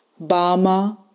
Bama